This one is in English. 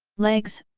legs,